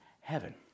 heaven